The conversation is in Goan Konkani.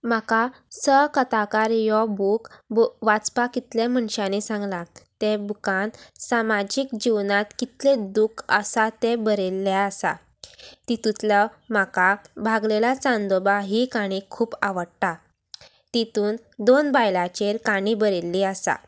म्हाका सहकथाकार हो बूक वाचपाक कितले मनशांनी सांगलां ते बुकान सामाजीक जिवनांत कितलें दूख आसा तें बरयल्लें आसा तातूंतलो म्हाका भागलेला चांदोबा ही काणी खूब आवडटा तातूंत दोन बायलांचेर काणी बरयल्ली आसा